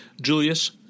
Julius